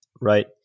right